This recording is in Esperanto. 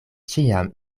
ĉiam